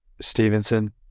Stevenson